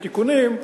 בתיקונים,